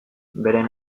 beren